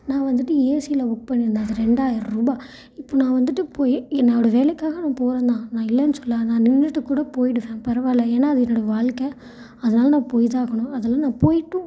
நான் வந்துட்டு ஏசியில் புக் பண்ணியிருந்தேன் அது ரெண்டாயிர ரூபாய் இப்போது நான் வந்துட்டு போய் என்னோடய வேலைக்காக நான் போகிறேன் தான் நான் இல்லைன்னு சொல்லல நான் நின்றுட்டு கூட போயிடுவேன் பரவாயில்ல ஏன்னால் அது என்னோடய வாழ்க்கை அதனால நான் போய் தான் ஆகணும் அதெல்லாம் நான் போயிட்டும்